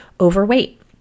overweight